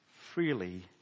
freely